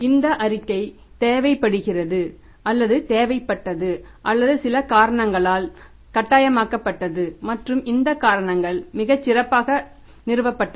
இந்த அறிக்கை தேவைப்படுகிறது அல்லது தேவைப்பட்டது அல்லது சில காரணங்களால் கட்டாயமாக்கப்பட்டது மற்றும் இந்த காரணங்கள் மிகச் சிறப்பாக நிறுவப்பட்டவை